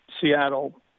Seattle